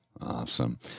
Awesome